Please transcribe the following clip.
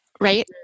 right